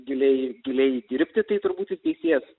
giliai giliai dirbti tai turbūt ir teisėjas